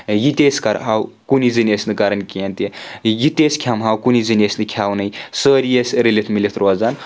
یہِ تہِ ٲسۍ کَرٕ ہاو کُنہِ زٔنۍ ٲسۍ نہٕ کَرٕنۍ کینٛہہ تہِ یہِ تہِ ٲسۍ کھؠمہٕ ہاو کُنہِ زٔنۍ ٲسۍ نہٕ کھؠوٲنی سٲری ٲسۍ رٔلِتھ مِلِتھ روزان